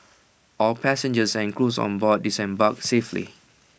all passengers and crews on board disembarked safely